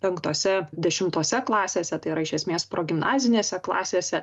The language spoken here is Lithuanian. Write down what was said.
penktose dešimtose klasėse tai yra iš esmės progimnazinėse klasėse